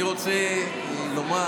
אני רוצה לומר,